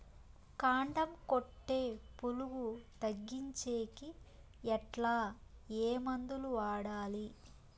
కాండం కొట్టే పులుగు తగ్గించేకి ఎట్లా? ఏ మందులు వాడాలి?